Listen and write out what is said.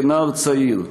כנער צעיר,